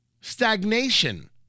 Stagnation